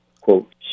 quote